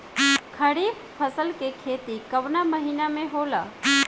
खरीफ फसल के खेती कवना महीना में होला?